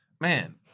Man